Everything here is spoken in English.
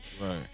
Right